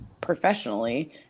professionally